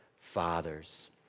fathers